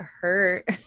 hurt